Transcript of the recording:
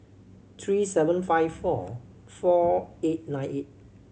three seven five four four eight nine eight